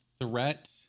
threat